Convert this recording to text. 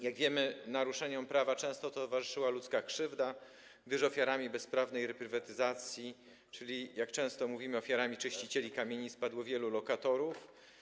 Jak wiemy, naruszeniom prawa często towarzyszyła ludzka krzywda, gdyż ofiarami bezprawnej reprywatyzacji, czyli jak często mówimy, ofiarami czyścicieli kamienic, padło wielu lokatorów.